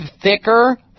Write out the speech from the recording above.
thicker